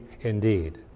indeed